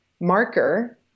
marker